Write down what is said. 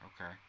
okay